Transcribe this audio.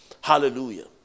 Hallelujah